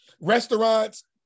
Restaurants